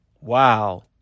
Wow